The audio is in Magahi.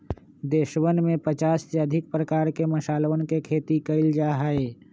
देशवन में पचास से अधिक प्रकार के मसालवन के खेती कइल जा हई